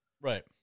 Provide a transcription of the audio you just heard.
Right